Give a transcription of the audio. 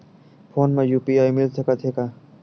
Phone मा UPI मिल सकत हे का?